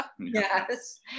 Yes